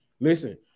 Listen